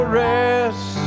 rest